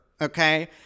Okay